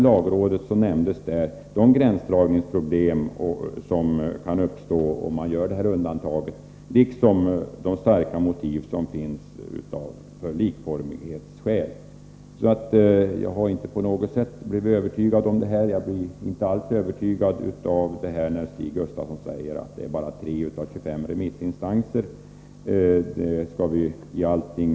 Även där nämndes de gränsdragningsproblem som lagrådet talat om och som kan uppstå om man gör undantag för offentlig upphandling, liksom de starka motiv som finns av likformighetsskäl. Så jag har inte på något sätt blivit övertygad när Stig Gustafsson framhållit att bara 3 av 25 remissinstanser stöder min uppfattning.